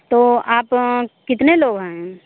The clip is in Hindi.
तो आप कितने लोग आए हैं